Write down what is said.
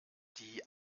die